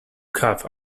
cough